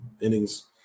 innings